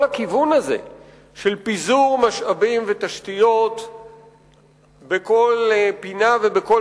כל הכיוון הזה של פיזור משאבים ותשתיות בכל פינה ובכל